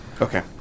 Okay